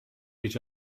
each